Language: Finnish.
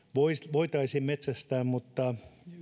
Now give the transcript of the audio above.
voitaisiin metsästää mutta